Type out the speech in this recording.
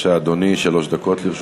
בבקשה, אדוני, שלוש דקות לרשותך.